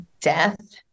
death